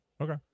okay